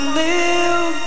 live